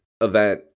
event